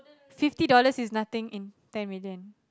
fifty dollar is nothing in ten million